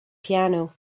piano